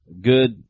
good